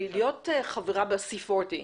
להיות חברה ב-C40,